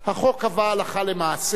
החוק קבע, הלכה למעשה,